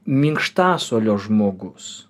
minkštasuolio žmogus